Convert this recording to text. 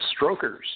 Stroker's